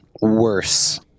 worse